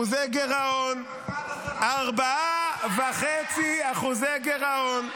4.5%. --- 4.5% גירעון.